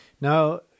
now